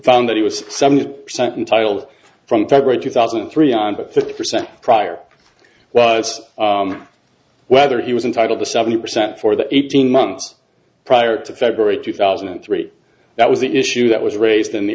found that he was summoned sent untile from february two thousand and three on to fifty percent prior wives whether he was entitled to seventy percent for the eighteen months prior to february two thousand and three that was the issue that was raised in the